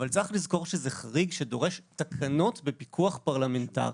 אבל צריך לזכור שזה חריג שדורש תקנות ופיקוח פרלמנטרי.